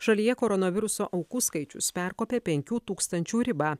šalyje koronaviruso aukų skaičius perkopė penkių tūkstančių ribą